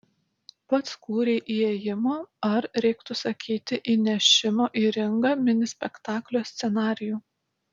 pats kūrei įėjimo ar reiktų sakyti įnešimo į ringą mini spektaklio scenarijų